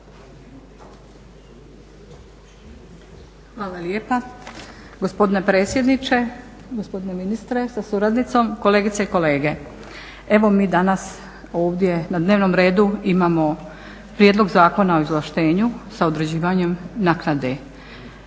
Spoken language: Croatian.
Hvala lijepa gospodine predsjedniče, gospodine ministre sa suradnicom, kolegice i kolege evo mi danas ovdje na dnevnom redu imamo prijedlog Zakona o izvlaštenju sa određivanjem naknade.